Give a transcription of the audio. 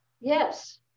Yes